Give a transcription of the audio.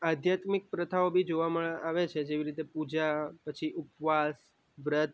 આધ્યાત્મિક પ્રથાઓ બી જોવામાં આવે છે જેવી રીતે પૂજા પછી ઉપવાસ વ્રત